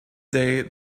day